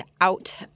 out